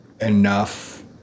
enough